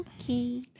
okay